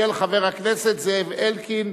של חבר הכנסת זאב אלקין.